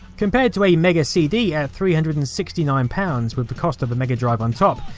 compared to a mega cd at three hundred and sixty nine pounds, with the cost of a mega drive on top,